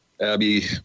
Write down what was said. Abby